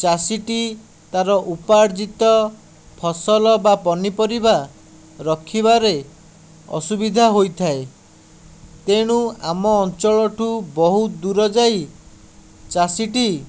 ଚାଷୀଟି ତା'ର ଉପାର୍ଜିତ ଫସଲ ବା ପନିପରିବା ରଖିବାରେ ଅସୁବିଧା ହୋଇଥାଏ ତେଣୁ ଆମ ଅଞ୍ଚଳଠୁ ବହୁତ ଦୂର ଯାଇ ଚାଷୀଟି